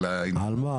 על מה?